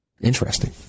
interesting